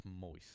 moist